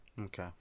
Okay